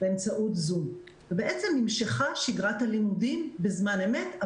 באמצעות זום ובעצם ונמשכה שגרת הלימודים בזמן אמת,